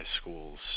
schools